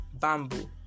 bamboo